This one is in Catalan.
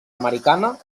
americana